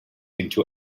into